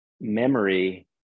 memory